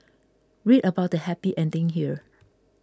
read about the happy ending here